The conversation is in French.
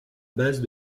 base